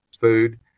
food